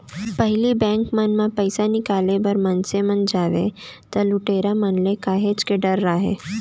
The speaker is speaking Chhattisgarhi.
पहिली बेंक म पइसा निकाले बर मनसे मन जावय त लुटेरा मन ले काहेच के डर राहय